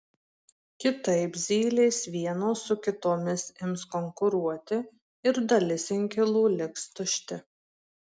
kitaip zylės vienos su kitomis ims konkuruoti ir dalis inkilų liks tušti